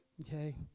okay